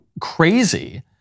crazy